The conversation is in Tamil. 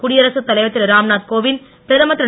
குடியரசு தலைவர் திருராம்நாத் கோவிந்த் பிரதமர் திரு